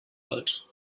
alt